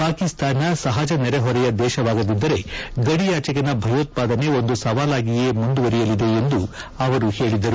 ಪಾಕಿಸ್ತಾನ ಸಹಜ ನೆರೆಹೊರೆಯ ದೇಶವಾಗದಿದ್ದರೆ ಗಡಿಯಾಚೆಗಿನ ಭಯೋತ್ವಾದನೆ ಒಂದು ಸವಾಲಾಗಿಯೇ ಮುಂದುವರೆಯಲಿದೆ ಎಂದು ಅವರು ಹೇಳಿದರು